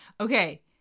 Okay